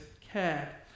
care